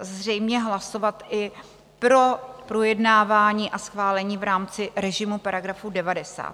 zřejmě hlasovat i pro projednávání a schválení v rámci režimu § 90.